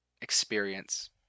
experience